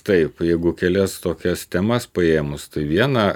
taip jeigu kelias tokias temas paėmus tai viena